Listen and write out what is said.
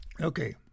Okay